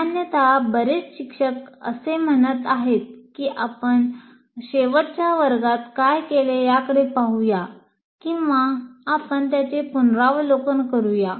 सामान्यत बरेच शिक्षक असे म्हणत आहेत की "आपण शेवटच्या वर्गात काय केले याकडे पाहू या किंवा आपण त्याचे पुनरावलोकन करू या